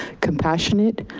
compassionate,